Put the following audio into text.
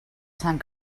sant